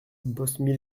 bosmie